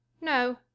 No